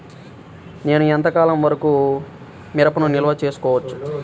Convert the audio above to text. నేను ఎంత కాలం వరకు మిరపను నిల్వ చేసుకోవచ్చు?